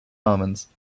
almonds